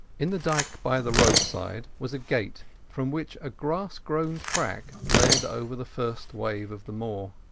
in the dyke by the roadside was a gate, from which a grass-grown track led over the first wave of the moor.